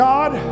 God